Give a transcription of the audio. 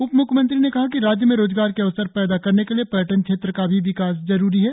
उप मुख्यमंत्री ने कहा कि राज्य में रोजगार के अवसर पैदा करने के लिए पर्यटन क्षेत्र का भी विकास जरुरी है